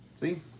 See